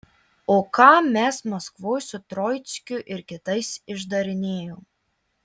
o ką mes maskvoj su troickiu ir kitais išdarinėjom